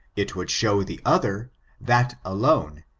it would show the other that alone,